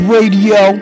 Radio